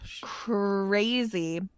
crazy